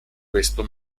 questo